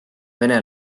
vene